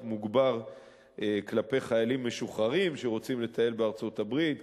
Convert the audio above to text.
מוגבר כלפי חיילים משוחררים שרוצים לטייל בארצות-הברית,